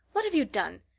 what have you done?